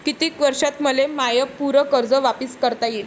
कितीक वर्षात मले माय पूर कर्ज वापिस करता येईन?